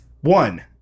One